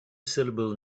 syllable